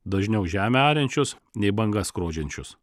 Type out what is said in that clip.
dažniau žemę ariančius nei bangas skrodžiančius